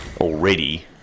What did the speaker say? already